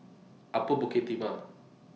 Upper Bukit Timah